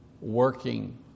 working